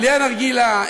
בלי הנרגילה,